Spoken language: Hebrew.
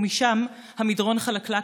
ומשם המדרון חלקלק,